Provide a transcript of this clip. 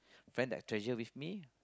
friend that I treasure with me